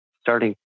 starting